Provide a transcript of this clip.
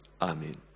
Amen